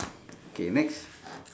okay next